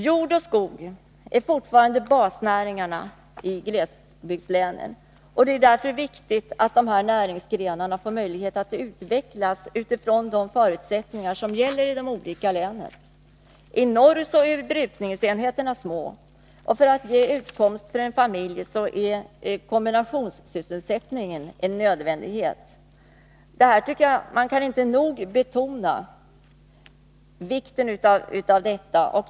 Jord och skog är fortfarande basnäringarna i glesbygdslänen. Det är därför viktigt att dessa näringsgrenar får möjlighet att utvecklas utifrån de förutsättningar som gäller i de olika länen. I norr är brukningsenheterna små. För att ge utkomst för en familj är kombinationssysselsättningen en nödvändighet. Jag tycker att man inte nog kan betona vikten av detta.